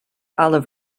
olive